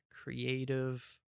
creative